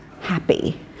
happy